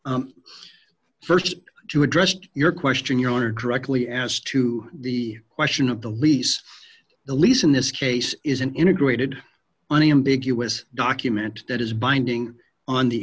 l first jew addressed your question your honor directly as to the question of the lease the lease in this case is an integrated unambiguous document that is binding on the